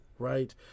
Right